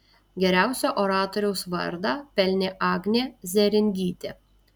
geriausio oratoriaus vardą pelnė agnė zėringytė